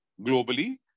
globally